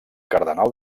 cardenal